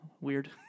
Weird